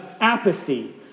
apathy